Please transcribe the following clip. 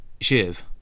Shiv